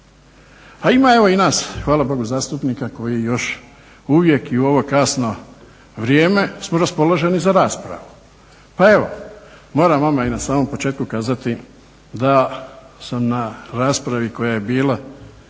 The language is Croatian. A ima evo i nas, hvala bogu, zastupnika koji još uvijek i u ovo kasno vrijeme smo raspoloženi za raspravu. Pa evo moram vama i na samom početku kazati da sam na raspravi koja je bila